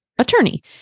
attorney